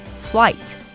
Flight